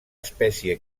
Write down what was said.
espècie